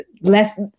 less